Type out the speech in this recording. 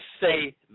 say